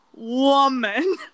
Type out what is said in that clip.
Woman